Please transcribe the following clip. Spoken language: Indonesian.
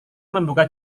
membuka